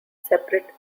separate